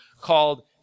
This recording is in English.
called